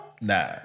Nah